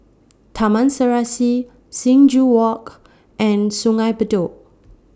Taman Serasi Sing Joo Walk and Sungei Bedok